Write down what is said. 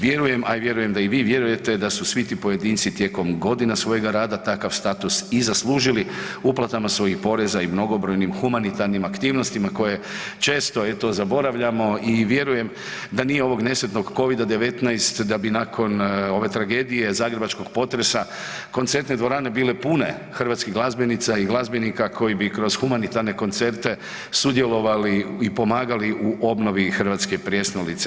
Vjerujem, a vjerujem da i vi vjerujete da su svi ti pojedinci tijekom godina svojega rada takav status i zaslužili uplatama svojih poreza i mnogobrojnim humanitarnim aktivnostima koje često eto zaboravljamo i vjerujem da nije ovog nesretnog Covida-19 da bi nakon ove tragedije zagrebačkog potresa koncertne dvorane bile pune hrvatskih glazbenica i glazbenika koji bi kroz humanitarne koncerte sudjelovali i pomagali u obnovi hrvatske prijestolnice.